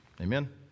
Amen